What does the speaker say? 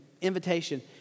invitation